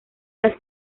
las